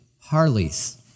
Harleys